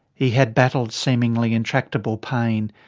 he had battled seemingly intractable pain,